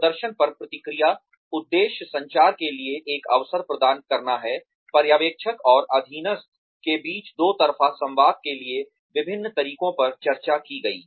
प्रदर्शन पर प्रतिक्रिया उद्देश्य संचार के लिए एक अवसर प्रदान करना है पर्यवेक्षक और अधीनस्थ के बीच दो तरफा संवाद के लिए विभिन्न तरीकों पर चर्चा की गई